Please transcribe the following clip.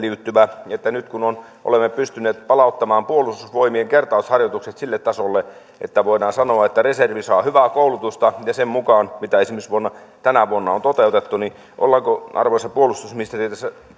liittyen että nyt kun olemme pystyneet palauttamaan puolustusvoimien kertausharjoitukset sille tasolle että voidaan sanoa että reservi saa hyvää koulutusta ja sen mukaan mitä esimerkiksi tänä vuonna on toteutettu niin ollaanko arvoisa puolustusministeri